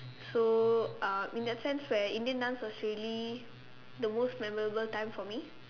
so uh in that sense where Indian dance was really the most memorable time for me